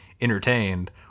entertained